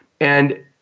And-